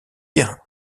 bien